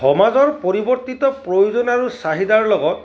সমাজৰ পৰিৱৰ্তিত প্ৰয়োজন আৰু চাহিদাৰ লগত